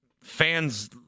fans